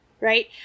right